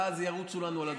ואז ירוצו לנו על הדוברים.